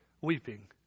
weeping